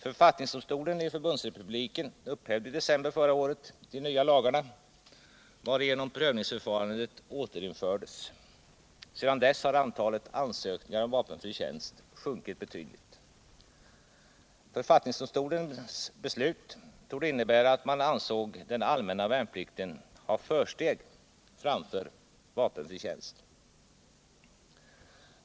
Författningsdomstolen i förbundsrepubliken upphävde i december förra året de nya lagarna, varigenom prövningsförfarandet återinfördes. Sedan dess har antalet ansökningar om vapenfri tjänst sjunkit betydligt. Författningsdomstolens beslut torde innebära att man ansåg den allmänna värnplikten ha försteg framför vapenfri tjänst.